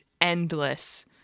endless